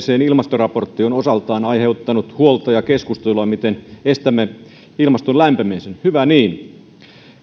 ilmastoraportti on osaltaan aiheuttanut huolta ja keskustelua miten estämme ilmaston lämpenemisen hyvä niin